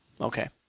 okay